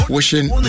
Wishing